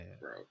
bro